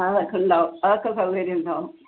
അതൊക്കെ ഉണ്ടാവും അതൊക്കെ സൗകര്യം ഉണ്ടാവും